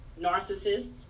narcissists